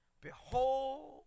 Behold